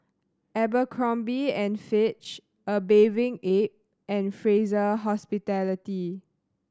Abercrombie and Fitch A Bathing Ape and Fraser Hospitality